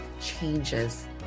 changes